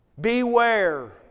Beware